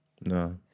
No